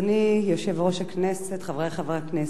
אדוני יושב-ראש הכנסת, חברי חברי הכנסת,